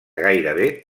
gairebé